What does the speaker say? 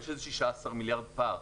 יש 16 מיליארד פער,